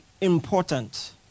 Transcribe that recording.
important